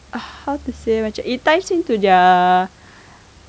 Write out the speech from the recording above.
how to say macam it ties into their